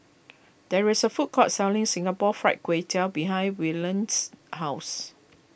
there is a food court selling Singapore Fried Kway Tiao behind Willodean's house